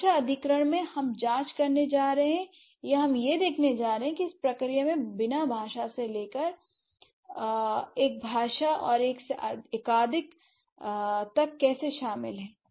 भाषा अधिग्रहण में हम जाँच करने जा रहे हैं या हम यह देखने जा रहे हैं कि इस प्रक्रिया में बिना भाषा से लेकर एक भाषा और एक से एकाधिक तक कैसे शामिल हैं